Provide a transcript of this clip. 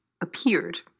appeared